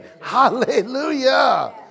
Hallelujah